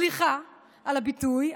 סליחה על הביטוי,